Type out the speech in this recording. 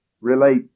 relate